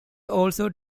also